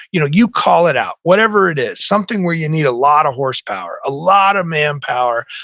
you know you call it out. whatever it is. something where you need a lot of horsepower, a lot of manpower,